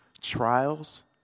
trials